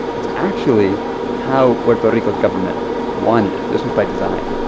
it's actually how puerto rico's government wanted it. this was by design.